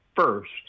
first